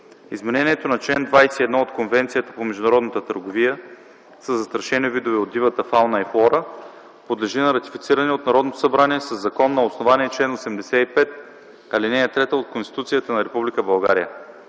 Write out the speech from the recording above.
Изменението на чл. ХХІ от Конвенцията по международната търговия със застрашени видове от дивата фауна и флора подлежи на ратифициране от Народното събрание със закон на основание чл. 85, ал. 3 от Конституцията на Република България.